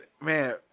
man